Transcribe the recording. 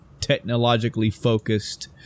technologically-focused